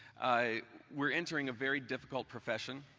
we're entering a very difficult profession,